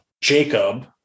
Jacob